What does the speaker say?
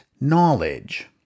knowledge